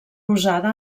usada